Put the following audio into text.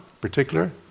particular